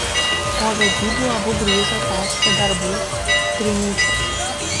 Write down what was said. po vedybų abu grįžo tęsti darbų trinyčiuose